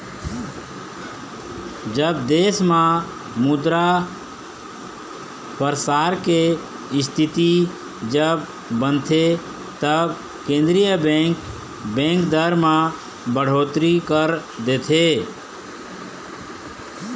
जब देश म मुद्रा परसार के इस्थिति जब बनथे तब केंद्रीय बेंक, बेंक दर म बड़होत्तरी कर देथे